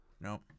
Nope